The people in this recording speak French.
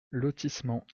lotissement